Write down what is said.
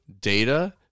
data